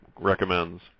recommends